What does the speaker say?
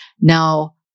Now